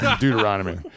Deuteronomy